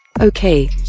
Okay